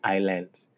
Islands